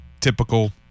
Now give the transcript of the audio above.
typical